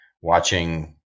watching